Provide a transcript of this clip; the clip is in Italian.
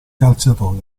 calciatore